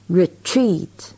retreat